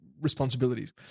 responsibilities